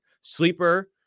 sleeper